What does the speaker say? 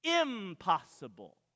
impossible